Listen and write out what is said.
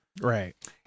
Right